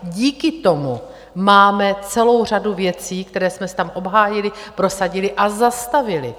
Díky tomu máme celou řadu věcí, které jsme tam obhájili, prosadili a zastavili.